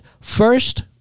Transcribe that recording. first